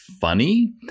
funny